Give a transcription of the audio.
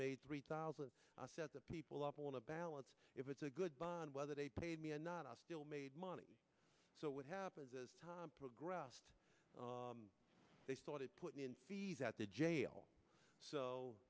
made three thousand people on a balance if it's a good buy and whether they paid me or not i still made money so what happens as time progressed they started putting in fees at the jail so